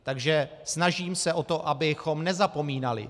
Takže snažím se o to, abychom nezapomínali.